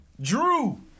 Drew